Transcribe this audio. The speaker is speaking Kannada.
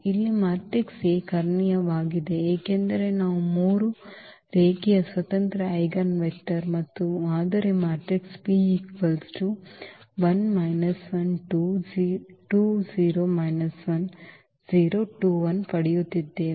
ಇಲ್ಲಿ ಮ್ಯಾಟ್ರಿಕ್ಸ್ A ಕರ್ಣೀಯವಾಗಿದೆ ಏಕೆಂದರೆ ನಾವು 3 ರೇಖೀಯ ಸ್ವತಂತ್ರ ಐಜೆನ್ವೆಕ್ಟರ್ ಮತ್ತು ಮಾದರಿ ಮ್ಯಾಟ್ರಿಕ್ಸ್ ಪಡೆಯುತ್ತಿದ್ದೇವೆ